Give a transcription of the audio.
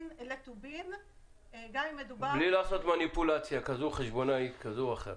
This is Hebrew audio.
לטובין גם אם מדובר ב --- בלי לעשות מניפולציה חשבונאית או אחרת.